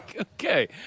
Okay